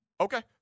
Okay